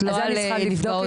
לא על נפגעות פעולות איבה.